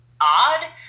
odd